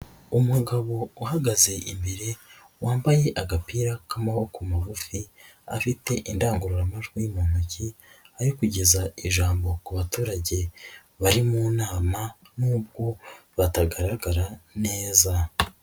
Umugabo uhagaze imbere, wambaye agapira k'amaboko magufi, afite indangururamajwi mu ntoki, ari kugeza ijambo ku baturage bari mu nama nubwo batari kugaragara neza.